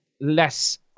less